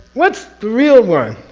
what's the real one?